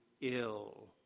ill